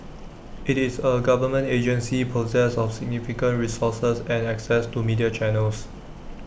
IT is A government agency possessed of significant resources and access to media channels